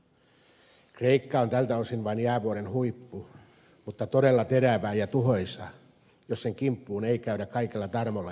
kreikka on tältä osin vain jäävuoren huippu mutta todella terävä ja tuhoisa jos sen kimppuun ei käydä kaikella tarmolla ja nopeudella